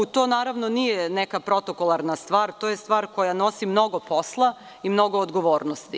To nije neka protokolarna stvar, to je stvar koja nosi mnogo posla i mnogo odgovornosti.